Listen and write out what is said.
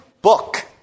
book